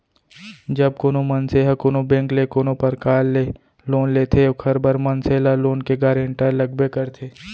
जब कोनो मनसे ह कोनो बेंक ले कोनो परकार ले लोन लेथे ओखर बर मनसे ल लोन के गारेंटर लगबे करथे